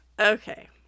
Okay